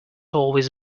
always